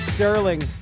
Sterling